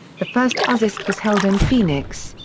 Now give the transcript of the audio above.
the first ozzfest was held in phoenix,